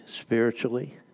spiritually